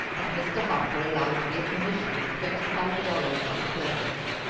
and mr. harper allowed me a commission of twenty-five dollars on the purchase.